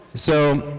so